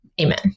Amen